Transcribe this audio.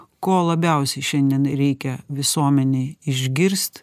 ko labiausiai šiandien reikia visuomenei išgirst